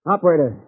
Operator